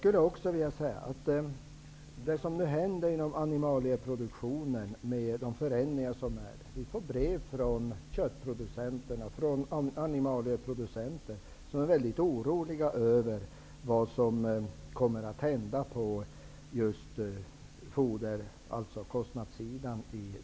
De förändringar som nu sker inom animalieproduktionen gör att vi får brev från köttproducenter, animalieproducenter, som är mycket oroliga över vad som kommer att hända vad gäller den produktionens kostnadssida.